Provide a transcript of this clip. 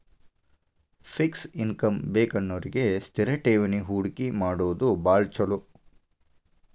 fix income ಬೇಕನ್ನೋರಿಗಿ ಸ್ಥಿರ ಠೇವಣಿ ಹೂಡಕಿ ಮಾಡೋದ್ ಭಾಳ್ ಚೊಲೋ